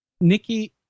Nikki